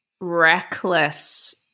reckless